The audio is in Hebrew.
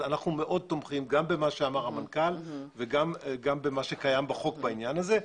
אנחנו תומכים במה שאמר המנכ"ל וגם במה שאמר החוק בעניין הזה.